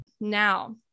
Now